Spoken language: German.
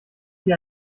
dir